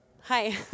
Hi